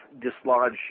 dislodge